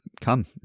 come